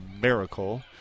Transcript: miracle